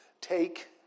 take